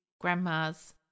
grandma's